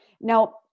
Now